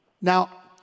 Now